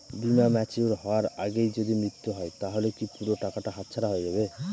বীমা ম্যাচিওর হয়ার আগেই যদি মৃত্যু হয় তাহলে কি পুরো টাকাটা হাতছাড়া হয়ে যাবে?